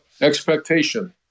expectation